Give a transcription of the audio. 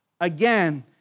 again